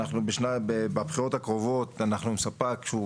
אנחנו בבחירות הקרובות אנחנו עם ספק שהוא